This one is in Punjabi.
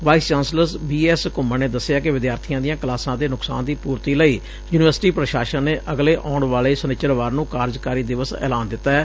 vice chancellor B S Ghuman ਨੇ ਦਸਿਐ ਕਿ ਵਿਦਿਆਰਥੀਆਂ ਦੀਆਂ ਕਲਾਸਾਂ ਦੇ ਨੁਕਸਾਨ ਦੀ ਪੁਰਤੀ ਲਈ ਯੂਨੀਵਰਸਿਟੀ ਪ੍ਸ਼ਾਸਨ ਨੇ ਅਗਲੇ ਆਉਣ ਵਾਲੇ ਸ਼ਨਿਚਰਵਾਰ ਨੂੰ ਕਾਰਜਕਾਰੀ ਦਿਵਸ ਐਲਾਨ ਦਿੱਤੈ